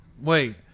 wait